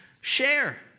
Share